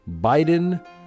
Biden